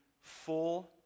full